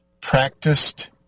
practiced